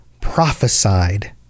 prophesied